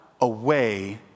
away